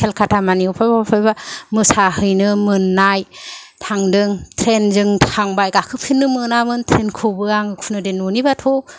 केलकाटा मानि अफायबा अफायबा मोसाहैनो मोननाय थांदों ट्रेनजों थांबाय गाखोफेरनो मोनामोन आं ट्रेनखौबो खुनु दिन न'नि बाथ'